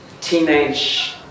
teenage